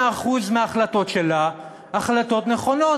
ההחלטות שלה לא היו ב-100% החלטות נכונות.